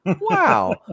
Wow